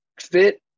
fit